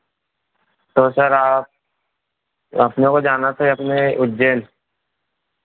तो सर आप अपने को जाना था ये अपने उज्जैन